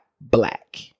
black